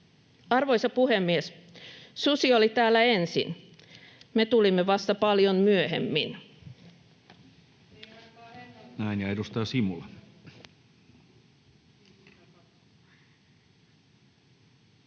Arvoisa puhemies! Susi oli täällä ensin. Me tulimme vasta paljon myöhemmin.